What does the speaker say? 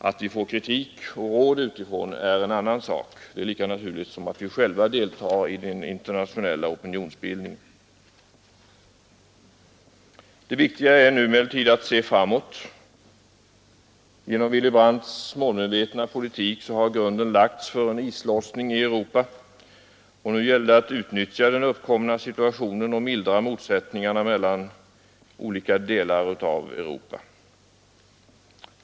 Att vi får kritik och råd utifrån är en annan sak — det är lika naturligt som att vi själva deltar i den internationella opinionsbildningen. Det viktiga är nu emellertid att se framåt. Genom Willy Brandts målmedvetna politik har grunden lagts för en islossning i Europa, och nu gäller det att utnyttja den uppkomna situationen och mildra motsättningarna mellan dess olika delar.